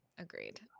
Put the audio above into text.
Agreed